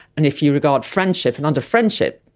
and if you regard friendship, and under friendship,